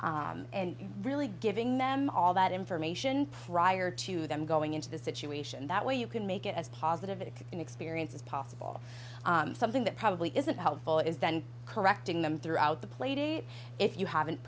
and really giving them all that information prior to them going into the situation that way you can make it as positive it can experience as possible something that probably isn't helpful is then correcting them throughout the playdate if you haven't